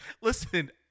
Listen